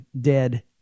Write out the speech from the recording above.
dead